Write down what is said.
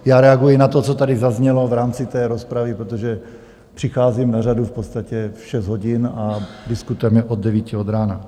Já reaguji na to, co tady zaznělo v rámci rozpravy, protože přicházím na řadu v podstatě v šest hodin a diskutujeme od devíti od rána.